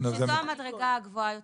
וזו המדרגה הגבוהה יותר.